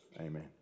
Amen